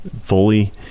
fully